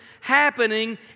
happening